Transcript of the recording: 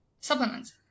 supplements